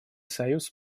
союз